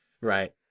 right